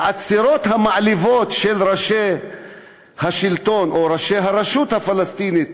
העצירות המעליבות של ראשי השלטון או ראשי הרשות הפלסטינית